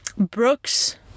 brooks